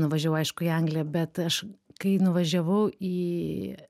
nuvažiavau aišku į angliją bet aš kai nuvažiavau į